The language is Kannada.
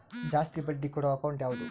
ಜಾಸ್ತಿ ಬಡ್ಡಿ ಕೊಡೋ ಅಕೌಂಟ್ ಯಾವುದು?